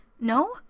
no